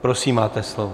Prosím, máte slovo.